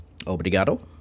obrigado